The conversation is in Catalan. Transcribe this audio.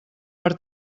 per